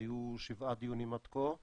היו שבעה דיונים עד כה,